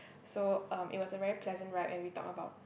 so um it was a very pleasant ride where we talked about